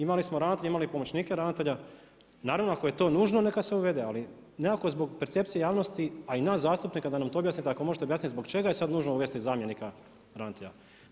Imali smo ravnatelje i pomoćnike ravnatelja, naravno ako je to nužno neka se uvede, ali nekako zbog percepcije javnosti, a i nas zastupnika da nam to objasnite ako možete objasniti zbog čega je sada nužno uvesti zamjenika ravnatelja.